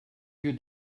you